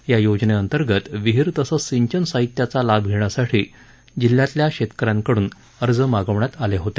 या योजनेअंतर्गत विहीर तसंच सिंचन साहित्याचा लाभ घेण्यासाठी जिल्ह्यातील शेतकऱ्यांकड्न अर्ज मागवण्यात आले होते